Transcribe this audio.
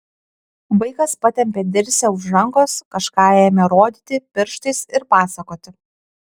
vaikas patempė dirsę už rankos kažką ėmė rodyti pirštais ir pasakoti